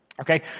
okay